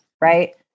Right